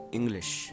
English